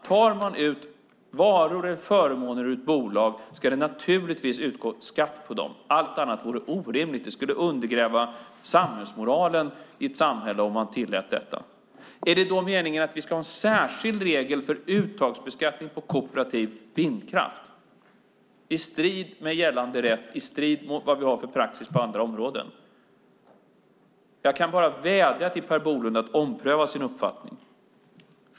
Tar man ut varor eller förmåner ur ett bolag ska det naturligtvis utgå skatt på dem. Allt annat vore orimligt. Det skulle undergräva samhällsmoralen i ett samhälle om man tillät detta. Är det då meningen att vi ska ha en särskild regel för uttagsbeskattning på kooperativ vindkraft i strid med gällande rätt och i strid med vad vi har för praxis på andra områden? Jag kan bara vädja till Per Bolund att ompröva sin uppfattning.